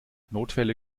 notfälle